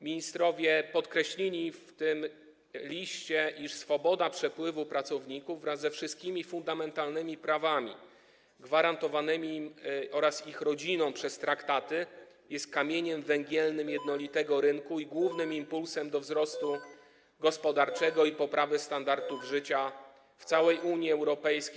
Ministrowie podkreślili w tym liście, iż swoboda przepływu pracowników wraz ze wszystkimi fundamentalnymi prawami gwarantowanymi im oraz ich rodzinom przez traktaty jest kamieniem węgielnym jednolitego rynku i głównym impulsem do wzrostu gospodarczego i poprawy standardów życia w całej Unii Europejskiej.